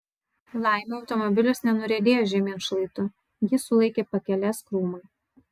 laimei automobilis nenuriedėjo žemyn šlaitu jį sulaikė pakelės krūmai